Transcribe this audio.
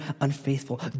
unfaithful